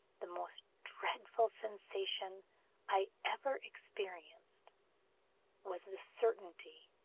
the most dreadful sensation i ever experienced was the certainty